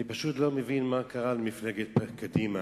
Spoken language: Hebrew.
אני פשוט לא מבין מה קרה למפלגת קדימה,